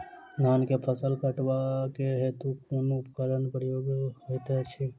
धान केँ फसल कटवा केँ हेतु कुन उपकरणक प्रयोग होइत अछि?